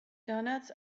doughnuts